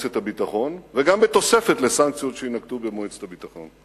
למועצת הביטחון וגם בתוספת לסנקציות שיינתנו במועצת הביטחון.